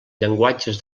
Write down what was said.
llenguatges